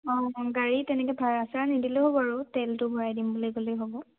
অঁ অঁ গাড়ী তেনেকে ভাড়া চাৰা নিদিলেও বাৰু তেলটো ভৰাই দিম বুলি গ'লে হ'ব